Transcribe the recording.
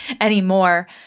anymore